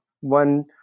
one